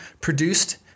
produced